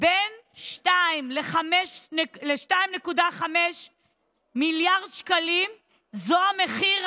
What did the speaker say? בין 2 ל-2.5 מיליארד שקלים זה המחיר,